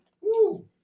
Woo